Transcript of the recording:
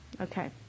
Okay